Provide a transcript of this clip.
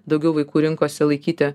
daugiau vaikų rinkosi laikyti